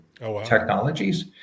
technologies